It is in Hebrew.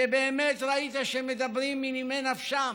שבאמת ראית שהם מדברים מנימי נפשם,